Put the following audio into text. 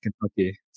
Kentucky